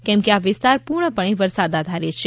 કેમ કે આ વિસ્તાર પૂર્ણપણે વરસાદ આધારીત છે